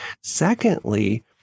Secondly